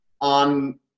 on